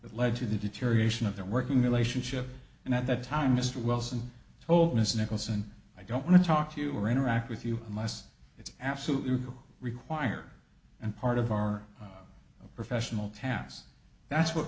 led to the deterioration of their working relationship and at that time mr wilson told ms nicholson i don't want to talk to you or interact with you unless it's absolutely required and part of our professional task that's what